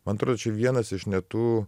man atrodo čia vienas iš ne tų